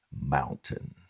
mountain